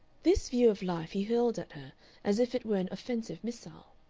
this view of life he hurled at her as if it were an offensive missile.